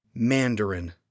Mandarin